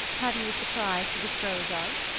have you a surprise to dispose of?